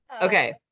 okay